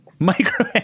Micro